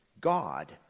God